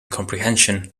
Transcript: comprehension